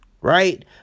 right